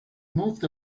moved